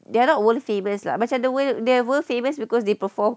they are not world famous lah macam the their world famous because they perform